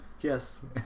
yes